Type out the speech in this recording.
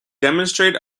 demonstrate